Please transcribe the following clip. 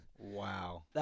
Wow